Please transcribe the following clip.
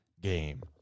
game